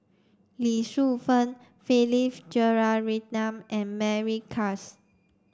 Lee Shu Fen Philip Jeyaretnam and Mary Klass